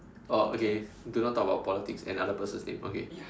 oh okay do not talk about politics and other person's name okay